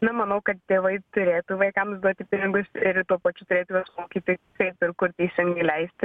na manau kad tėvai turėtų vaikams duoti pinigus ir tuo pačiu turėtų juos mokyti kaip ir kur teisingai leisti